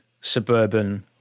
suburban